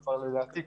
לדעתי,